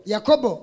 Jacob